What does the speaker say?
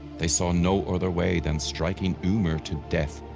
they saw no other way then striking ymir to death.